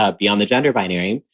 ah beyond the gender binary.